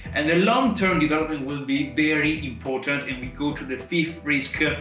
and the long-term development will be very important, and we go to the fifth risk,